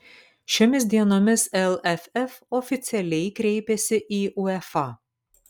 šiomis dienomis lff oficialiai kreipėsi į uefa